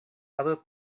other